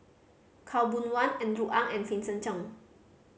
Khaw Boon Wan Andrew Ang and Vincent Cheng